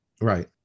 Right